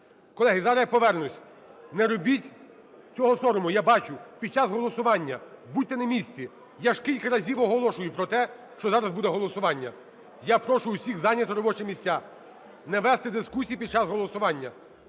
Колеги, зараз я повернусь. Не робіть цього сорому, я бачу. Під час голосування будьте на місці. Я ж кілька разів оголошую про те, що зараз буде голосування. Я прошу всіх зайняти робочі місця, не вести дискусій під час голосування.